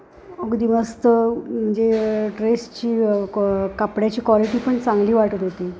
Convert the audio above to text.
अगदी मस्त म्हणजे ड्रेसची कपड्याची क्वालिटी पण चांगली वाटत होती